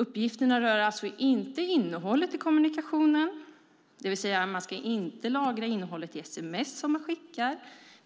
Uppgifterna rör alltså inte innehållet i kommunikationen, det vill säga det är inte fråga om att lagra innehållet i sms man skickar,